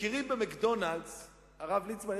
כולנו מכירים: הרב ליצמן,